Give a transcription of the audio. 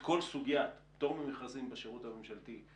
את כל סוגיית פטור ממכרזים בשירות הממשלתי,